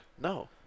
No